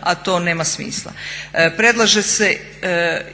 a to nema smisla. Predlaže se